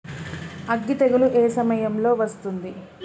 అగ్గి తెగులు ఏ సమయం లో వస్తుంది?